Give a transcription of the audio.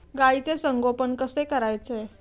गाईचे संगोपन कसे करायचे?